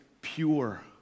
pure